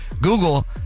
Google